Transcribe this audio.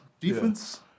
Defense